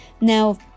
now